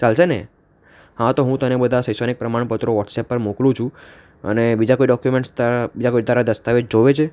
ચાલશેને હા તો હું તને બધાં શૈક્ષણિક પ્રમાણપત્રો વોટ્સેપ પર મોકલું છું અને બીજા કોઈ ડોક્યુમેન્ટ્સ તારાં બીજા કોઈ તારાં દસ્તાવેજ જોઈએ છે